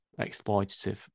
exploitative